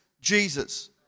jesus